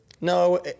No